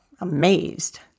amazed